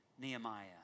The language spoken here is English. Nehemiah